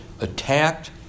attacked